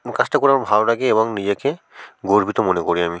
কাজটা করে আমার ভালো লাগে এবং নিজেকে গর্বিত মনে করি আমি